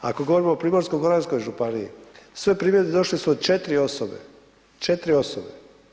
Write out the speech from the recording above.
Ako govorimo o Primorsko-goranskoj županiji sve primjedbe došle su od 4 osobe, 4 osobe.